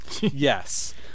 Yes